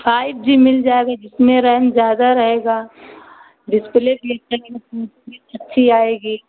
five G मिल जाएगा जिसमें रैम ज्यादा रहेगा डिस्प्ले अच्छी आएगी